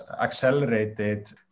accelerated